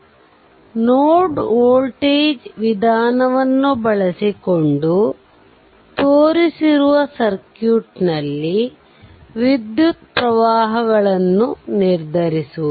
ಆದ್ದರಿಂದ node voltage ವಿಧಾನವನ್ನು ಬಳಸಿಕೊಂಡು ತೋರಿಸಿರುವಂತೆ ಸರ್ಕ್ಯೂಟ್ನ ವಿದ್ಯುತ್ ಪ್ರವಾಹಗಳನ್ನು ನಿರ್ಧರಿಸುವ